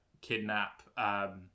kidnap